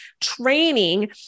training